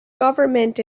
government